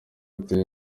bitewe